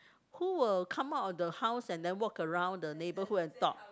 who will come out of the house and then walk around the neighborhood and talk